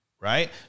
right